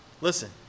Listen